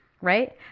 Right